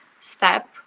step